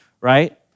right